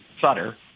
Sutter